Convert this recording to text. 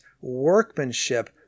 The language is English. workmanship